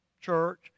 church